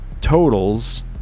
totals